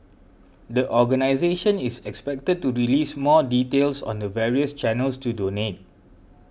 the organisation is expected to release more details on the various channels to donate